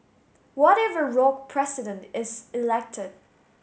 what if a rogue president is elected